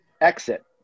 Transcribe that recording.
exit